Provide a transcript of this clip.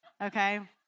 okay